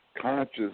conscious